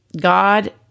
God